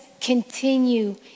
continue